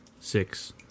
six